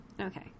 Okay